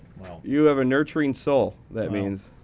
well you have a nurturing soul, that means.